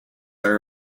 are